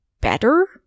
better